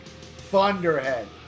Thunderhead